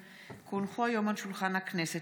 כי הונחו היום על שולחן הכנסת,